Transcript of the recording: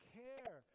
care